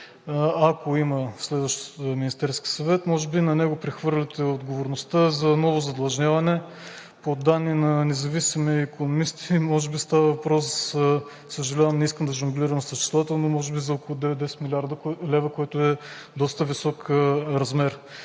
ако има следващ Министерски съвет – може би на него прехвърляте отговорността за ново задлъжняване. По данни на независими икономисти може би става въпрос – съжалявам, не искам да жонглирам с числото – за около 9 – 10 млрд. лв., което е доста висок размер.